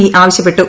E ആവശ്യപ്പെട്ടു